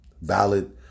valid